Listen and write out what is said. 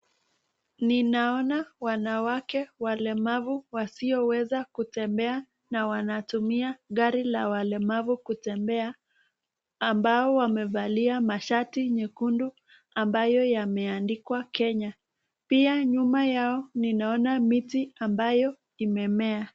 Ninaona wanawake walemavu wasioweza kutembea na wanatumia gari la walemavu kutembea ambao wamevalia mashati nyekundu ambayo yameandikwa Kenya. Pia nyuma yao ninaona miti ambayo imemea.